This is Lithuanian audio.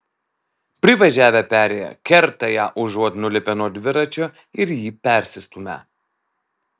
privažiavę perėją kerta ją užuot nulipę nuo dviračio ir jį persistūmę